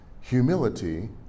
humility